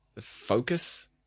focus